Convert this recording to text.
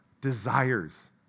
desires